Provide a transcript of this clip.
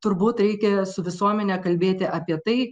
turbūt reikia su visuomene kalbėti apie tai